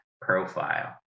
profile